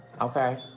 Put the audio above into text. Okay